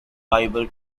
bible